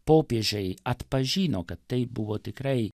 popiežiai atpažino kad tai buvo tikrai